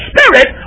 Spirit